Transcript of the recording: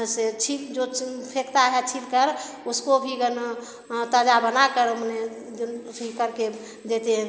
ऐसे जो फेंकता है छीलकर उसको भी गना ताज़ा बनाकर अपने उसी करके देते हैं